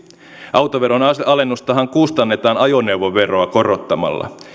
autoveron alennustahan kustannetaan ajoneuvoveroa korottamalla